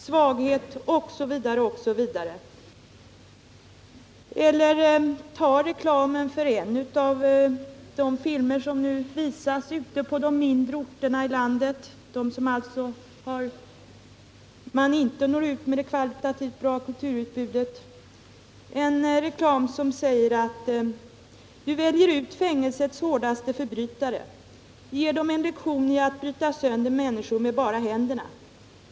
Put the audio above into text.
Man kan också konstatera detta, om man ser på reklamen för en av de filmer som nu visas ute på de mindre orterna i landet, dit man alltså inte når ut med något kulturutbud som är kvalitativt bra. I den reklamen kan man läsa: ”Du väljer ut fängelsets hårdaste förbrytare! Ger dom en lektion i att bryta sönder människor med bara händerna!